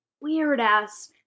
weird-ass